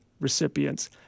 recipients